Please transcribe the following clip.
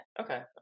okay